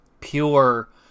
pure